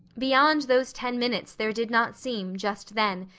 beyond those ten minutes there did not seem, just then,